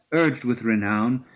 urged with renown,